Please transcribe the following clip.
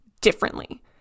differently